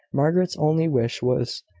margaret's only wish was,